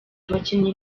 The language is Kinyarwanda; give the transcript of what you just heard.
abakinnyi